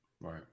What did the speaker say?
Right